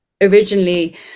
originally